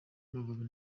amavubi